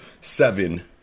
seven